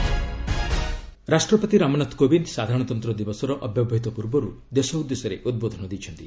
president address ରାଷ୍ଟ୍ରପତି ରାମନାଥ କୋବିନ୍ଦ ସାଧାରଣତନ୍ତ୍ର ଦିବସର ଅବ୍ୟବହିତ ପୂର୍ବରୁ ଦେଶ ଉଦ୍ଦେଶ୍ୟରେ ଉଦ୍ବୋଧନ ଦେଇଛନ୍ତି